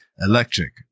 electric